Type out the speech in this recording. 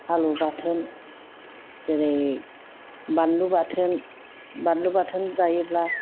आलु बाथोन जेरै बानलु बाथोन बानलु बाथोन जायोब्ला